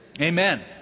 amen